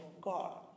God